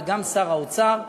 וגם שר האוצר,